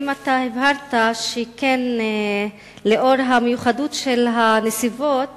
אם הבהרת שכן, שלאור המיוחדות של הנסיבות